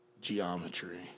geometry